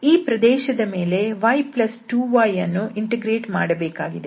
ಈ ಪ್ರದೇಶದ ಮೇಲೆ y2y ಅನ್ನು ಇಂಟಿಗ್ರೇಟ್ ಮಾಡಬೇಕಾಗಿದೆ